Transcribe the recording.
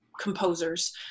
composers